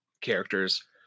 characters